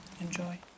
Enjoy